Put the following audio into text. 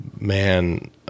man